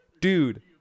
dude